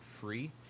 free